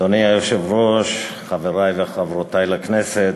אדוני היושב-ראש, חברי וחברותי לכנסת,